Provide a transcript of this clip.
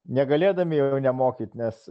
negalėdami jau nemokyt nes